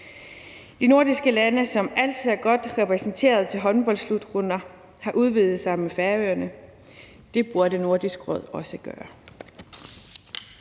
De nordiske lande, som altid er godt repræsenteret til håndboldslutrunder, har udvidet sig med Færøerne. Det burde Nordisk Råd også gøre.